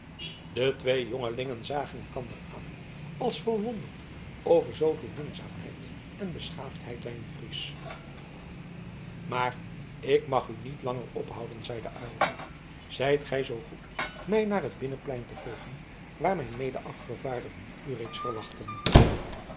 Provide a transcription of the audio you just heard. de twee jongelingen zagen elkander aan als verwonderd over zooveel minzaamheid en beschaafdheid bij een fries maar ik mag u niet langer ophouden zeide aylva zijt zoo goed mij naar het binnenplein te volgen waar mijn mede afgevaardigden u reeds verwachten